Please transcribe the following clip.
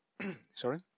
sorry